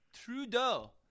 Trudeau